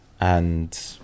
And-